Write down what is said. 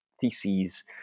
theses